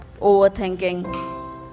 Overthinking